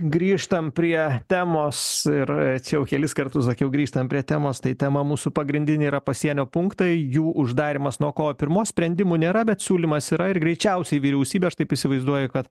grįžtam prie temos ir čia jau kelis kartus sakiau grįžtam prie temos tai tema mūsų pagrindinė yra pasienio punktai jų uždarymas nuo kovo pirmos sprendimų nėra bet siūlymas yra ir greičiausiai vyriausybė aš taip įsivaizduoju kad